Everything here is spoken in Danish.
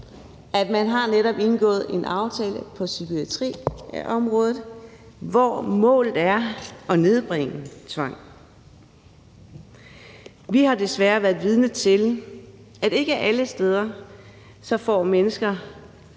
at man netop har indgået en aftale på psykiatriområdet, hvor målet er at nedbringe tvang. Vi har desværre været vidne til, at ikke alle steder får mennesker